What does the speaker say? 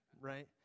Right